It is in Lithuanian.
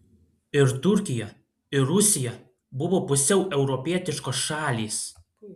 ir turkija ir rusija buvo pusiau europietiškos šalys